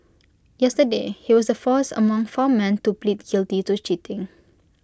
yesterday he was the first among four men to plead guilty to cheating